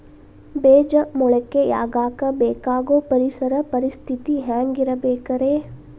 ಬೇಜ ಮೊಳಕೆಯಾಗಕ ಬೇಕಾಗೋ ಪರಿಸರ ಪರಿಸ್ಥಿತಿ ಹ್ಯಾಂಗಿರಬೇಕರೇ?